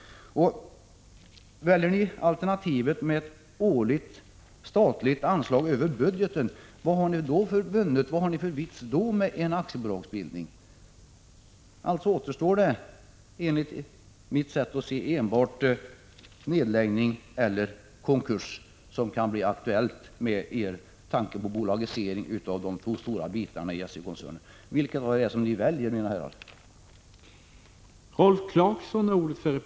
Om ni väljer alternativet med ett årligt statligt anslag över budgeten — vad har ni då vunnit, vad är det då för vits med en aktiebolagsbildning? Enligt mitt sätt att se är det enbart nedläggning eller konkurs som kan bli aktuellt, om man förverkligar er tanke på en bolagisering av de två stora bitarna i SJ-koncernen. Vilket av dessa båda alternativ väljer ni, mina herrar?